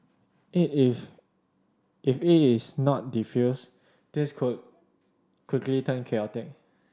it if if is not defused this could quickly turn chaotic